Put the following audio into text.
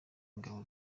y’ingabo